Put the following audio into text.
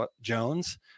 Jones